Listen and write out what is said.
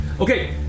Okay